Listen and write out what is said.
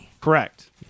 Correct